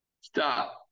Stop